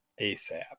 ASAP